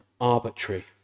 arbitrary